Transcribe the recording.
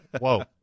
Whoa